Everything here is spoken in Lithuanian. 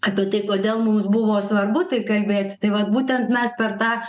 apie tai kodėl mums buvo svarbu tai kalbėti tai vat būtent mes per tą